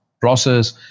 process